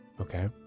Okay